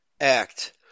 Act